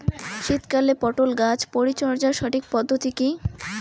শীতকালে পটল গাছ পরিচর্যার সঠিক পদ্ধতি কী?